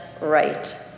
right